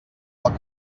del